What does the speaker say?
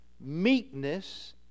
meekness